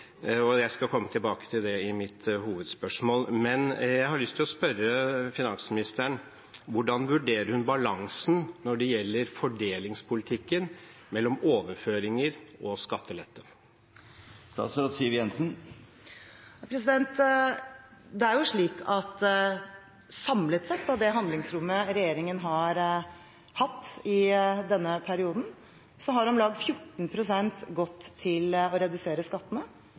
Jeg skal komme tilbake til det i mitt hovedspørsmål, men jeg har lyst til å spørre finansministeren: Hvordan vurderer hun balansen når det gjelder fordelingspolitikken mellom overføringer og skattelette? Det er slik at samlet sett av det handlingsrommet regjeringen har hatt i denne perioden, har om lag 14 pst. gått til å redusere skattene,